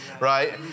right